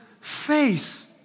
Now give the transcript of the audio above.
face